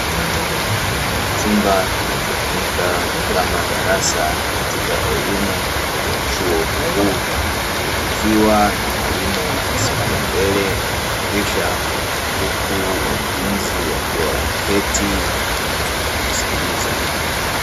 Chumba kinachotumika kama darasa katika elimu ya chuo kikuu, ikiwa na mwalimu amesimama mbele anafundisha, huku wanafunzi wakiwa wameketi wakimsikiliza.